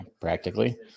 practically